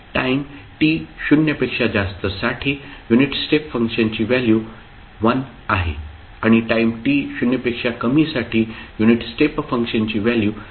time t 0 पेक्षा जास्त साठी युनिट स्टेप फंक्शनची व्हॅल्यू 1 आहे आणि टाईम t 0 पेक्षा कमी साठी युनिट स्टेप फंक्शनची व्हॅल्यू 0 आहे